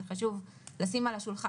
זה חשוב לשים על השולחן.